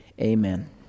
Amen